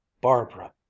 Barbara